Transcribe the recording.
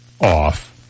off